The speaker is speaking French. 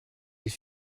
ils